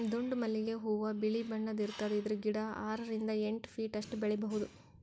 ದುಂಡ್ ಮಲ್ಲಿಗ್ ಹೂವಾ ಬಿಳಿ ಬಣ್ಣದ್ ಇರ್ತದ್ ಇದ್ರ್ ಗಿಡ ಆರರಿಂದ್ ಎಂಟ್ ಫೀಟ್ ಅಷ್ಟ್ ಬೆಳಿಬಹುದ್